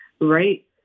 Right